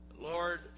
Lord